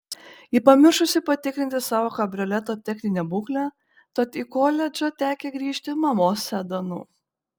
ji pamiršusi patikrinti savo kabrioleto techninę būklę tad į koledžą tekę grįžti mamos sedanu